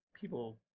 people